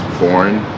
foreign